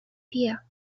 fear